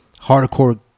hardcore